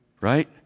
Right